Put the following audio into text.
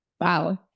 Wow